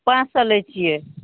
पाँच सए लै छियै